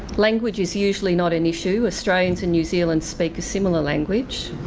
language is usually not an issue, australians and new zealanders speak a similar language,